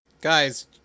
Guys